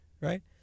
Right